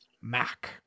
mac